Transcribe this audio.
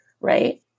right